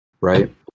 Right